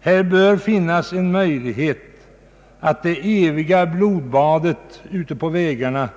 Här bör finnas en möjlighet att i betydande omfattning stoppa det eviga blodbadet ute på vägarna.